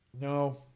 No